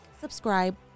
subscribe